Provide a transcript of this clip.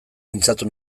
mintzatu